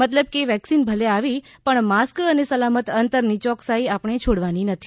મતલબ કે વેક્સિન ભલે આવી પણ માસ્ક અને સલામત અંતરની ચોકસાઇ આપણે છોડવાની નથી